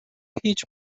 هیچ